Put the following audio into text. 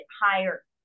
higher